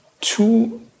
two